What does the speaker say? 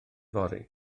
fory